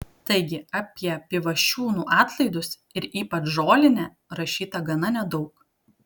taigi apie pivašiūnų atlaidus ir ypač žolinę rašyta gana nedaug